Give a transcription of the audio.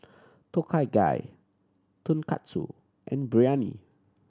Tom Kha Gai Tonkatsu and Biryani